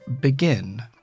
begin